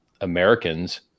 Americans